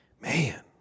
man